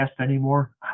anymore